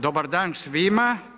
Dobar dan svima.